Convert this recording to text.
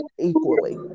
equally